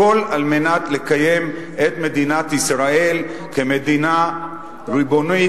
הכול על מנת לקיים את מדינת ישראל כמדינה ריבונית,